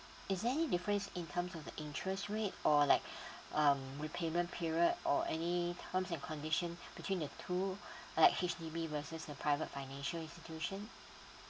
is there any difference in terms of the interest rate or like um repayment period or any terms and condition between the tool like H_D_B versus the private financial institution